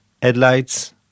headlights